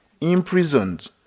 imprisoned